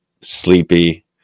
sleepy